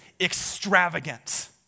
extravagant